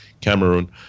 Cameroon